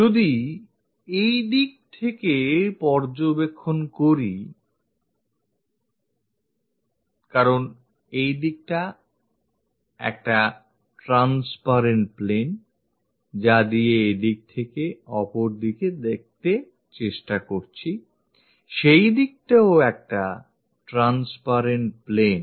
যদি এই দিক থেকে পর্যবেক্ষণ করি কারণ এইদিকটা এক transparent plane যা দিয়ে এইদিক থেকে অপরদিকে দেখতে চেষ্টা করছি সেইদিকটাও এক transparent plane